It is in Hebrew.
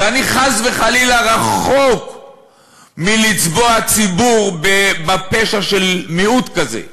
ואני חס וחלילה רחוק מלצבוע ציבור בפשע של מיעוט כזה.